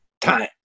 time